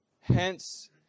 Hence